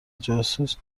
جاسوس